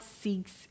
seeks